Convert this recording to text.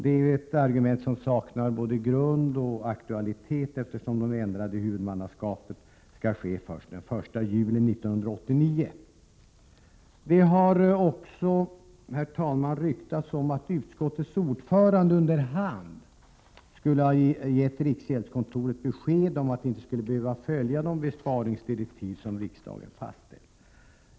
Det är ett argument som saknar både grund och aktualitet, eftersom ändringen av huvudmannaskapet skall ske först den 1 juli 1989. Det har också, herr talman, ryktats om att utskottets ordförande under hand skulle ha gett riksgäldskontoret besked om att det inte skulle behöva följa de besparingsdirektiv som riksdagen har fastställt.